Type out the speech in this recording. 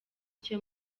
cye